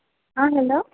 hello